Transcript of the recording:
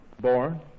Born